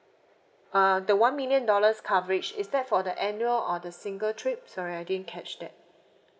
uh the one million dollars coverage is that for the annual or the single trip sorry I didn't catch that